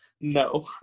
No